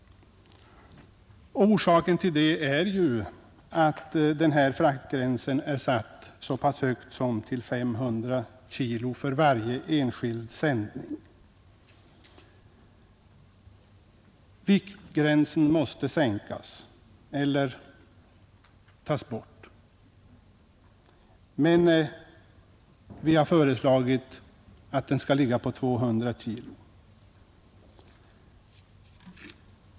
Orsaken härtill är att fraktgränsen är satt så pass högt som till 500 kg för varje enskild sändning. Viktgränsen måste sänkas eller tas bort. Vi har föreslagit att den skall ligga på 200 kg.